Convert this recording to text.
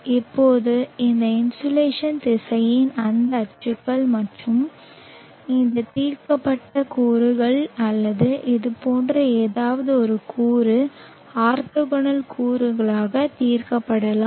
இப்போது இந்த இன்சோலேஷன் திசையன் இந்த அச்சுகள் மற்றும் இந்த தீர்க்கப்பட்ட கூறுகள் அல்லது இது போன்ற ஏதாவது ஒரு கூறு ஆர்த்தோகனல் கூறுகளாக தீர்க்கப்படலாம்